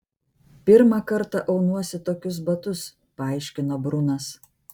pirmą kartą aunuosi tokius batus paaiškino brunas